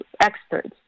experts